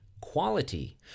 quality